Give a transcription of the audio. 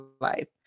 life